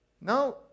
Now